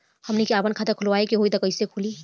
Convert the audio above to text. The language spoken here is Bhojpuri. हमनी के आापन खाता खोलवावे के होइ त कइसे खुली